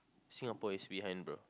Singapore is behind bro